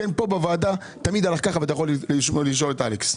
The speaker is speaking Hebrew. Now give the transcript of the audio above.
פה בוועדה תמיד זה הלך ככה ואתה יכול לשאול את אלכס.